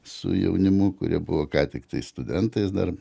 su jaunimu kurie buvo ką tiktai studentais dar